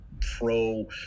pro